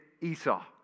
Esau